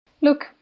Look